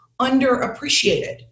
underappreciated